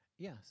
Yes